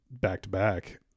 Back-to-back